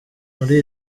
muri